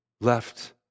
left